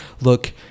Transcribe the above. look